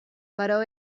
però